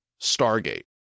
Stargate